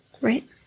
Right